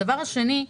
דבר שני,